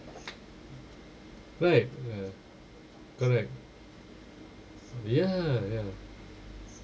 right ah correct ya ya